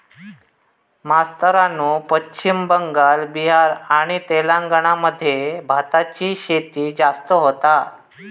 मास्तरानू पश्चिम बंगाल, बिहार आणि तेलंगणा मध्ये भाताची शेती जास्त होता